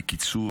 בקיצור,